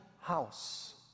house